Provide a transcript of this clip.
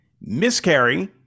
miscarry